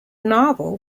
novel